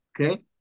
okay